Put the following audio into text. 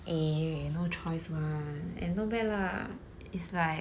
eh no choice one and not bad lah it's like